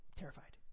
terrified